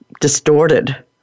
distorted